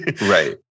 Right